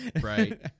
Right